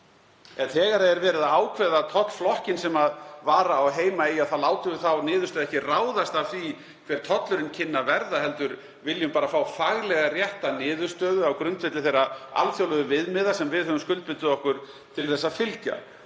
en þegar er verið að ákveða tollflokkinn sem vara á heima í látum við þá niðurstöðu ekki ráðast af því hver tollurinn kynni að verða heldur viljum bara fá faglega rétta niðurstöðu á grundvelli þeirra alþjóðlegu viðmiða sem við höfum skuldbundið okkur til að fylgja.